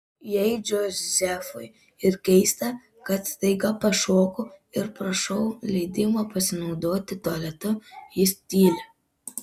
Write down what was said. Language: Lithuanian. jei džozefui ir keista kad staiga pašoku ir prašau leidimo pasinaudoti tualetu jis tyli